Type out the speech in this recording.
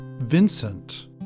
Vincent